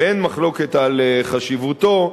ואין מחלוקת על חשיבותו,